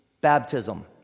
baptism